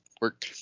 work